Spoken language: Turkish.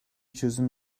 çözüm